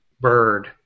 bird